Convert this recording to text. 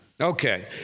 Okay